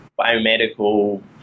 biomedical